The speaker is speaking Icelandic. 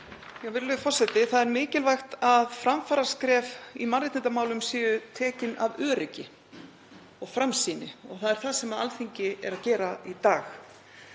Virðulegur forseti. Það er mikilvægt að framfaraskref í mannréttindamálum séu tekin af öryggi og framsýni, og það er það sem Alþingi er að gera í dag.